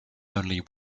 only